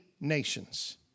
nations